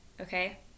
okay